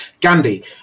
Gandhi